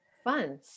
fun